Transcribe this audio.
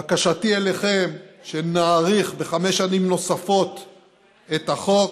בקשתי אליכם היא שנאריך בחמש שנים נוספות את החוק,